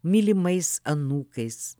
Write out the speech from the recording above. mylimais anūkais